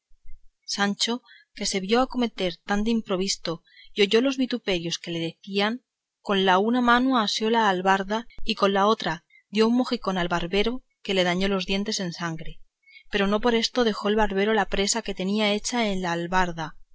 sancho que se vio acometer tan de improviso y oyó los vituperios que le decían con la una mano asió de la albarda y con la otra dio un mojicón al barbero que le bañó los dientes en sangre pero no por esto dejó el barbero la presa que tenía hecha en el albarda